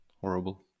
Horrible